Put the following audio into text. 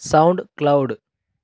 sound cloud